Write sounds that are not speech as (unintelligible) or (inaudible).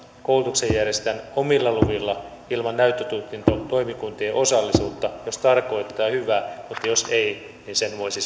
koulutuksen järjestäjän omilla luvilla ilman näyttötutkintotoimikuntien osallisuutta jos tarkoitetaan hyvää mutta jos ei niin sen voisi (unintelligible)